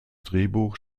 drehbuch